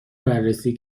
بررسی